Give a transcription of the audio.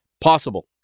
possible